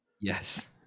Yes